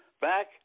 back